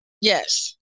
yes